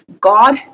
God